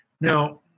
Now